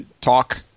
talk